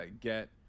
get